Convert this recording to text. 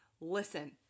listen